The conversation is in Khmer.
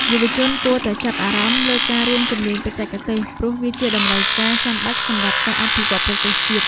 យុវជនគួរតែចាប់អារម្មណ៍លើការរៀនជំនាញបច្ចេកទេស ព្រោះវាជាតម្រូវការចាំបាច់សម្រាប់ការអភិវឌ្ឍប្រទេសជាតិ។